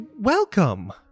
Welcome